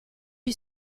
you